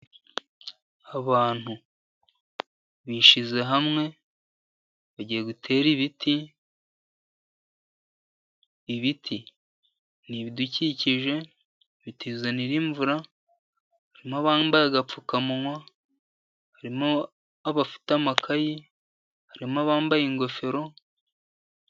Abantu bishyize hamwe bagiye gutera ibiti, ibiti ni ibidukikije bituzanira imvura. Harimo abambaye agapfukamunwa, harimo abafite amakayi, harimo abambaye ingofero.